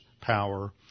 power